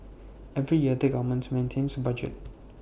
every year the government maintains A budget